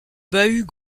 bahut